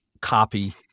copy